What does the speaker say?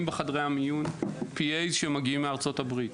בחדרי המיון עוזרי רופא שמגיעים מארצות-הברית.